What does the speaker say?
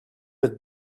with